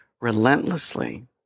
relentlessly